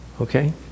okay